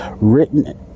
written